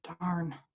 darn